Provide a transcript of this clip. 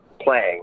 playing